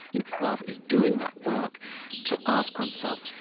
you know love is doing that work to ask oneself,